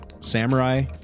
samurai